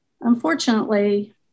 Unfortunately